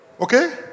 okay